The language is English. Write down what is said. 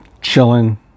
chilling